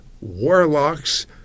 warlocks